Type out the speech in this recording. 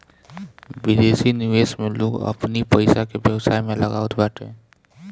विदेशी निवेश में लोग अपनी पईसा के व्यवसाय में लगावत बाटे